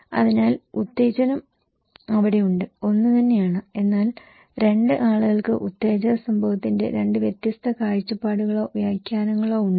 അതിനാൽ ഉത്തേജനം അവിടെയുണ്ട് ഒന്നുതന്നെയാണ് എന്നാൽ രണ്ട് ആളുകൾക്ക് ഉത്തേജക സംഭവത്തിന്റെ രണ്ട് വ്യത്യസ്ത കാഴ്ചപ്പാടുകളോ വ്യാഖ്യാനങ്ങളോ ഉണ്ട്